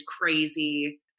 crazy